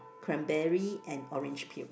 cranberry and orange peel